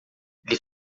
lhe